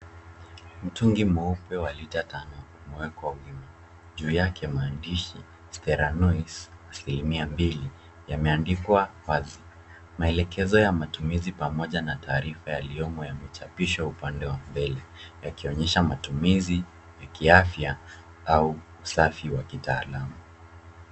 Mitungi meupe wa lita tano imekwa wima. Juu yake maandishi Steranio asilimia mbili yameandikwa wazi. Maelekezo ya matumizi pamoja na taarifa yaliomo yamechapiswa upande wa mbele, yakionyesha matumizi ya kiafya au usafi wa kitaalumu.